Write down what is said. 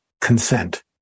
consent